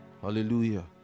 Hallelujah